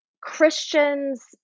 Christians